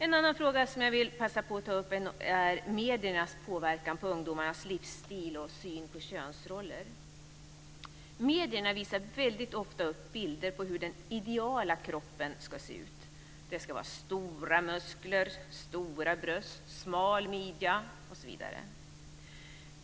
En annan fråga som jag vill passa på att ta upp är mediernas påverkan på ungdomarnas livsstil och syn på könsroller. Medierna visar väldigt ofta upp bilder på hur den "ideala" kroppen ska se ut. Det ska vara stora muskler, stora bröst, smal midja osv.